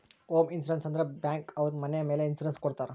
home insurance ಅಂದ್ರೆ bank ಅವ್ರು ಮನೆ ಮೇಲೆ ಇನ್ಸೂರೆನ್ಸ್ ಕೊಡ್ತಾರ